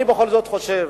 אני בכל זאת חושב,